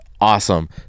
awesome